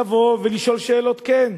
לבוא ולשאול שאלות, כן,